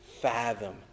fathom